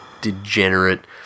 degenerate